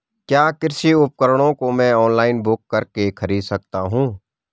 क्या कृषि उपकरणों को मैं ऑनलाइन बुक करके खरीद सकता हूँ?